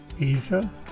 Asia